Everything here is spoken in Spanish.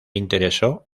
interesó